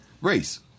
race